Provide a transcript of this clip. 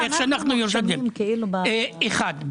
אחד.